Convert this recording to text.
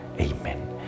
amen